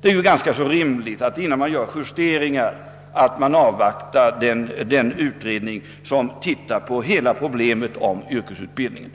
Det är ganska rimligt, att man innan man gör justeringar, avvaktar den utredning som tittar på hela problemet om yrkesutbildningen.